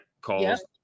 calls